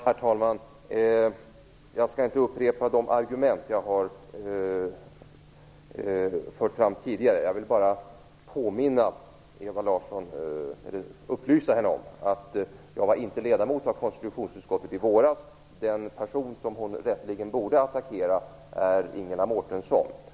Herr talman! Jag skall inte upprepa de argument som jag tidigare har fört fram. Jag vill bara upplysa Ewa Larsson om att jag inte var ledamot av konstitutionsutskottet i våras. Den person som hon rätteligen borde attackera är Ingela Mårtensson.